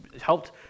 helped